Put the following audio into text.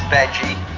Veggie